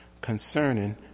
concerning